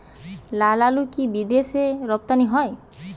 লালআলু কি বিদেশে রপ্তানি হয়?